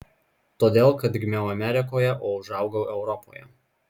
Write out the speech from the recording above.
todėl kad gimiau amerikoje o užaugau europoje